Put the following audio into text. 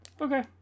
okay